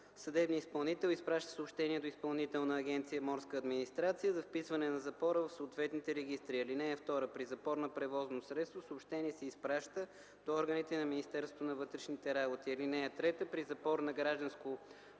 съдебният изпълнител изпраща съобщение до Изпълнителна агенция „Морска администрация” за вписване на запора в съответните регистри. (2) При запор на превозно средство съобщение се изпраща до органите на Министерството на вътрешните работи. (3) При запор на гражданско